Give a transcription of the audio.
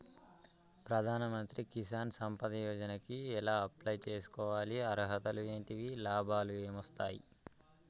ప్రధాన మంత్రి కిసాన్ సంపద యోజన కి ఎలా అప్లయ్ చేసుకోవాలి? అర్హతలు ఏంటివి? లాభాలు ఏమొస్తాయి?